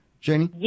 Janie